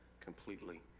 completely